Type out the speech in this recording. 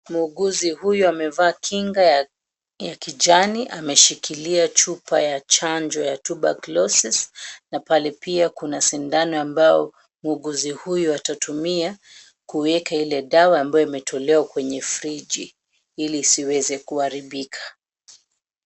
Muuguzi huyu amevaa kinga ya kijani ameshikilia chupa ya chanjo ya [cs} tuberculosis na pale pia kuna sindano ambayo muuguzi huyu atatumia kuweka ile dawa ambayo imetolewa kwenye friji ili isiweze kuharibika.